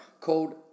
called